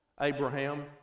Abraham